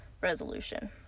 resolution